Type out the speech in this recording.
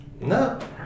No